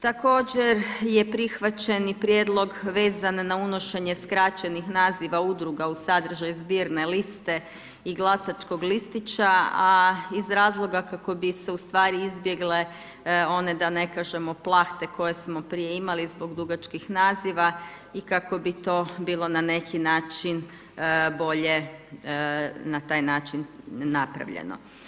Također je prihvaćen i prijedlog vezan na unošenje skraćenih naziva udruga u sadržaj zbirne liste i glasačkog listića, a iz razloga kako bi se ustvari izbjegle one, da ne kažemo, plahte koje smo prije imali zbog dugačkih naziva i kako bi to bilo na neki način bolje na taj način napravljeno.